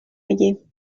میگی